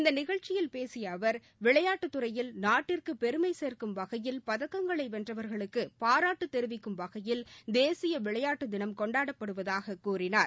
இந்த நிகழ்ச்சியில் பேசிய அவர் விளையாட்டுத்துறையில் நாட்டிற்கு பெருமை சேர்க்கும் வகையில் பதக்கங்களை வென்றவர்களுக்கு பாராட்டு தெரிவிக்கும் வகையில் தேசிய விளையாட்டுத் தினம் கொண்டாடப்படுவதாகக் கூறினார்